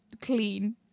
clean